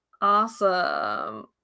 awesome